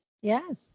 Yes